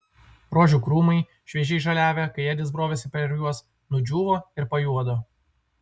rožių krūmai šviežiai žaliavę kai edis brovėsi per juos nudžiūvo ir pajuodo